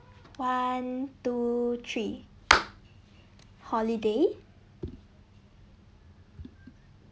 one two three holiday